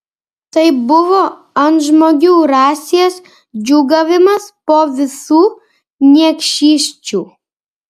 tai buvo antžmogių rasės džiūgavimas po visų niekšysčių